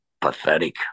pathetic